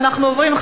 אנחנו עוברים,